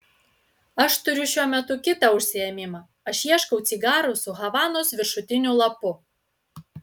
aš turiu šiuo metu kitą užsiėmimą aš ieškau cigarų su havanos viršutiniu lapu